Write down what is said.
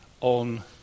on